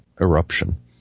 eruption